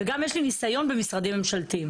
וגם יש לי ניסיון במשרדים ממשלתיים.